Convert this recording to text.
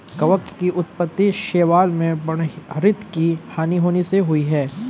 कवक की उत्पत्ति शैवाल में पर्णहरित की हानि होने से हुई है